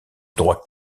droit